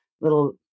little